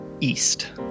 east